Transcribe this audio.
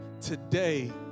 Today